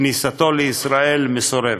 כניסתו לישראל מסורבת.